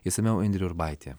išsamiau indrė urbaitė